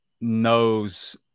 knows